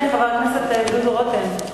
כן, חבר הכנסת דודו רותם.